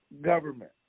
government